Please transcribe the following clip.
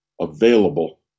available